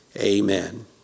Amen